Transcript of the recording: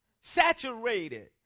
saturated